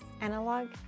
analog